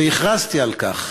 והכרזתי על כך.